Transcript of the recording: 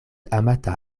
amata